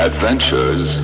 Adventures